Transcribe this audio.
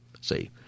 see